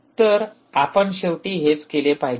तर आपण शेवटी हेच केले पाहिजे